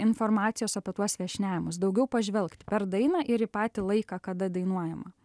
informacijos apie tuos viešniavimus daugiau pažvelgt per dainą ir į patį laiką kada dainuojama